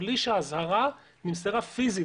בלי שהאזהרה נמסרה פיזית.